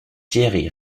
jerry